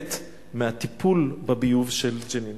להימלט מהטיפול בביוב של ג'נין.